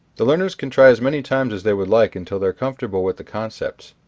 the learners can try as many times as they would like until they're comfortable with the concepts.